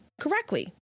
correctly